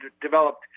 developed